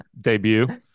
debut